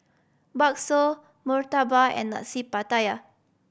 bakso murtabak and Nasi Pattaya